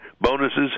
bonuses